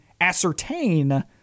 ascertain